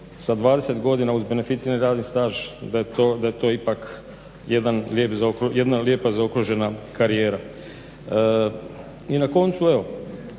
sa 20 godina uz beneficirani radni staž da je to ipak jedna lijepa zaokružena karijera. I na koncu evo